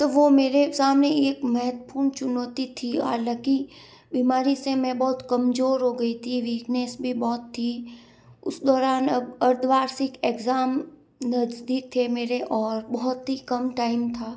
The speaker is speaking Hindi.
तो वो मेरे सामने एक महत्वपूर्ण चुनौती थी हालाँकि बीमारी से मैं बहुत कमजोर हो गई थी वीकनेस भी बहुत थी उस दौरान अर्धवार्षिक एग्जाम नजदीक थे मेरे और बहुत ही कम टाइम था